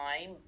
time